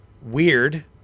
weird